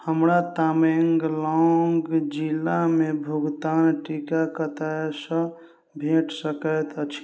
हमरा तामेंगलोंग जिलामे भुगतान टीका कतऽ सँ भेट सकैत अछि